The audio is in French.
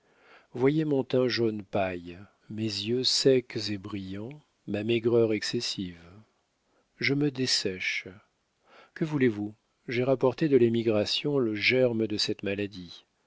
voyez mon teint jaune paille mes yeux secs et brillants ma maigreur excessive je me dessèche que voulez-vous j'ai rapporté de l'émigration le germe de cette maladie